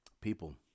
people